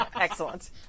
excellent